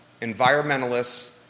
environmentalists